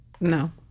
no